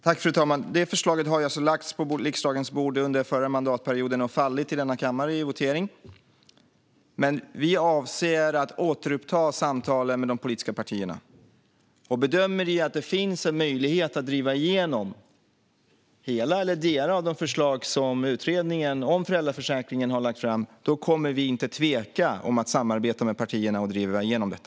Fru talman! Detta förslag lades alltså på riksdagens bord under den förra mandatperioden, och det föll i voteringen i denna kammare. Vi avser dock att återuppta samtalen med de politiska partierna, och om vi bedömer att det finns en möjlighet att helt eller delvis driva igenom de förslag som utredningen om föräldraförsäkringen har lagt fram kommer vi inte att tveka om att samarbeta med partierna och driva igenom detta.